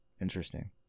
Interesting